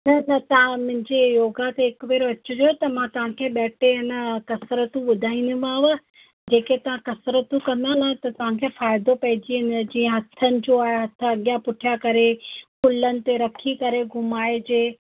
अछा त तव्हां उन्हनि जे योगा ते हिकु भेरो अचिजो त मां तव्हांखे ॿ टे आहिनि कसरतूं ॿुधाईंदीमांव जेके तव्हां कसरतूं कंदा आहे त तव्हांखे फ़ाइदो पइजी वञे जीअं हथनि जो आहे हथ अॻियां पुठियां करे कुल्हनि ते रखी करे घुमाइजे